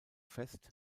fest